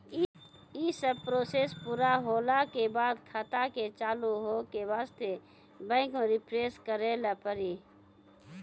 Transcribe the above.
यी सब प्रोसेस पुरा होला के बाद खाता के चालू हो के वास्ते बैंक मे रिफ्रेश करैला पड़ी?